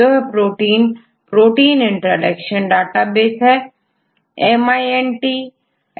तो यह protein protein interaction database है